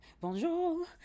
bonjour